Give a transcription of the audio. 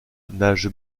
nage